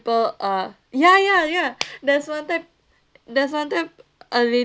people uh ya ya ya there's one time there's one time a lady